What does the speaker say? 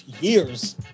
years